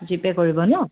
G pay কৰিব ন